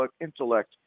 intellect